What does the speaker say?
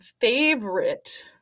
favorite